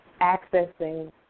accessing